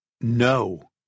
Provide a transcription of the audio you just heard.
No